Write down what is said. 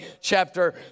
chapter